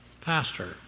pastor